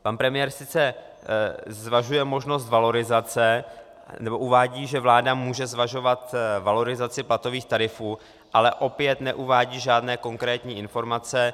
Pan premiér sice zvažuje možnost valorizace, nebo uvádí, že vláda může zvažovat valorizaci platových tarifů, ale opět neuvádí žádné konkrétní informace.